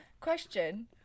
Question